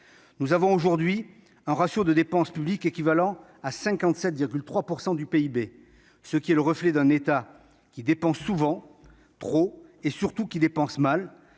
Nous avons aujourd'hui un ratio de dépenses publiques sur PIB de 57,3 %, ce qui est le reflet d'un État qui dépense trop et surtout qui dépense mal,